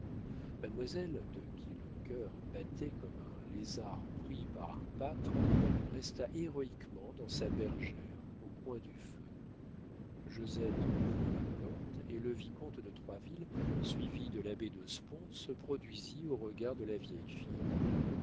mademoiselle de qui le cœur battait comme à un lézard pris par un pâtre resta héroïquement dans sa bergère au coin du feu josette ouvrit la porte et le vicomte de troisville suivi de l'abbé de sponde se produisit aux regards de la vieille fille